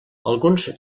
alguns